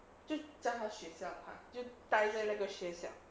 就在他学校就待在那个学校